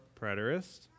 preterist